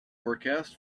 forecast